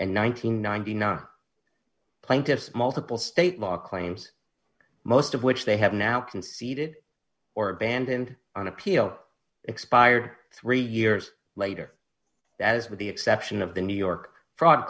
and ninety nine plaintiffs multiple state law claims most of which they have now conceded or abandoned on appeal expired three years later as with the exception of the new york fraud